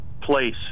place